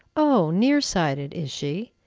oh! near-sighted, is she?